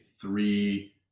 three